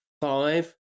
five